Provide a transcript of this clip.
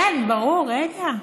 כן, ברור, רגע.